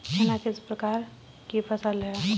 चना किस प्रकार की फसल है?